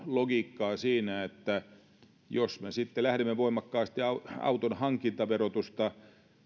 logiikkaa sillä jos me sitten lähdemme voimakkaasti auton hankintaverotusta